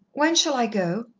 when shall i go?